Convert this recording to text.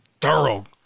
thorough